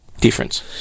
difference